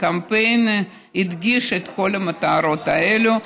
והקמפיין הדגיש את כל המטרות האלה.